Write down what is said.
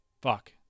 Fuck